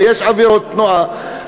ויש עבירות תנועה,